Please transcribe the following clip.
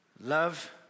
love